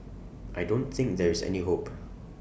I don't think there is any hope